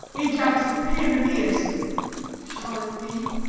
ajax hath ta'en aeneas. shall it be?